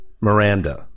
Miranda